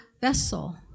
vessel